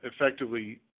effectively